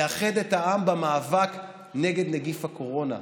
לאחד את העם במאבק נגד נגיף הקורונה.